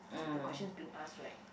the questions being ask right